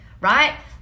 right